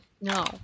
No